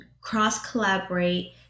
cross-collaborate